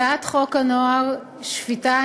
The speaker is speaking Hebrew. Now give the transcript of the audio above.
הצעת חוק הנוער (שפיטה,